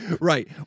Right